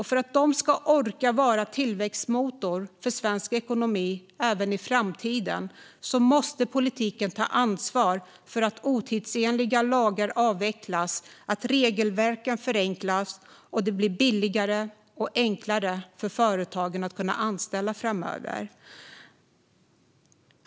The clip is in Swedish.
För att de ska orka vara en tillväxtmotor i svensk ekonomi även i framtiden måste politiken ta ansvar för att otidsenliga lagar avvecklas, regelverken förenklas och det blir billigare och enklare för företagen att anställa framöver.